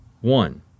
One